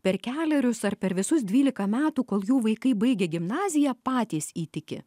per kelerius ar per visus dvylika metų kol jų vaikai baigia gimnaziją patys įtiki